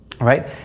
right